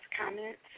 comments